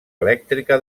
elèctrica